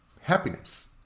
happiness